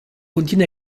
contiene